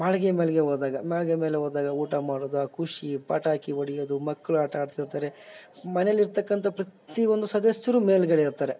ಮಾಳಿಗೆ ಮೇಲೆಗೆ ಹೋದಾಗ ಮಾಳಿಗೆ ಮೇಲೆ ಹೋದಾಗ ಊಟ ಮಾಡೋದು ಆ ಖುಷಿ ಪಟಾಕಿ ಹೊಡಿಯದು ಮಕ್ಳು ಆಟ ಆಡ್ತಿರ್ತಾರೆ ಮನೇಲಿರತಕ್ಕಂಥ ಪ್ರತಿ ಒಂದು ಸದಸ್ಯರು ಮೇಲುಗಡೆ ಇರ್ತಾರೆ